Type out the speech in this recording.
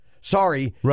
Sorry